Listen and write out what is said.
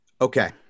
Okay